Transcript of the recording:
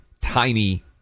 tiny